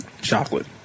Chocolate